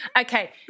Okay